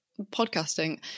podcasting